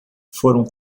foram